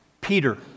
Peter